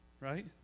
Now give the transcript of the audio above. Right